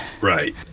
Right